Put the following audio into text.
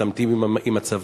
מתעמתים עם הצבא,